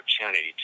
opportunity